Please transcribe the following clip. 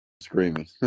screaming